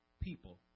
people